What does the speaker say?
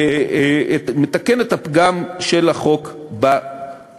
הוא מתקן את הפגם של החוק הקודם.